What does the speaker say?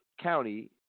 County